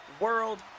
World